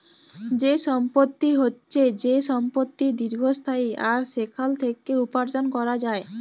যে সম্পত্তি হচ্যে যে সম্পত্তি দীর্ঘস্থায়ী আর সেখাল থেক্যে উপার্জন ক্যরা যায়